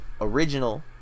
original